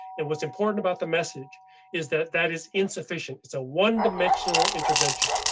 and whats important about the message is that that is insufficient. it's a one dimensional intervention.